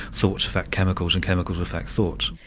thoughts affect chemicals and chemicals affect thoughts.